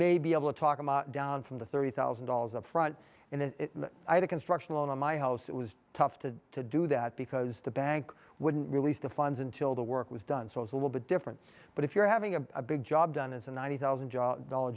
may be able to talk down from the thirty thousand dollars up front and then i had a construction loan on my house it was tough to to do that because the bank wouldn't release the funds until the work was done so it's a little bit different but if you're having a big job done it's a ninety thousand job dollar